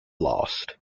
lost